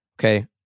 okay